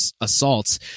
assaults